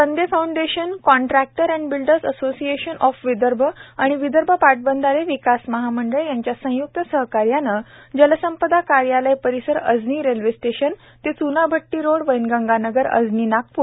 दंदे foundation contractor and builders association of Vidarbha आणि विदर्भ पाटबंधारे विकास महामंडळ जलसंपदा विभाग ह्यांच्या संय्क्त सहकार्याने जलसंपदा कार्यालय परीसर अजनी रेल्वे स्टेशन ते च्नाभट्टी रोड वैनगंगा नगर अजनी नागप्र